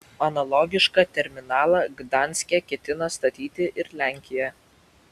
analogišką terminalą gdanske ketina statyti ir lenkija